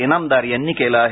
इनामदार यांनी केलं आहे